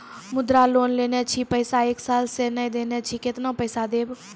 मुद्रा लोन लेने छी पैसा एक साल से ने देने छी केतना पैसा देब?